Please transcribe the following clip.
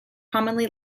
commonly